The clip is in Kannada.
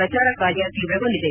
ಪ್ರಚಾರ ಕಾರ್ಯ ತೀವ್ರಗೊಂಡಿದೆ